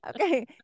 Okay